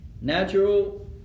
Natural